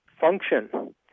function